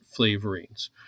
flavorings